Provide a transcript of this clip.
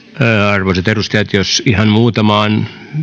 arvoisat edustajat jos ihan muutamaan